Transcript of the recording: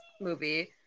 movie